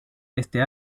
este